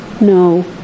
no